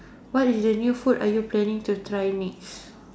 what is the new food are you planning to try next